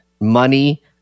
money